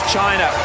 China